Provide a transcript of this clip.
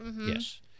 Yes